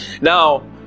now